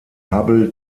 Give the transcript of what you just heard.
hubble